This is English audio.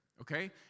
Okay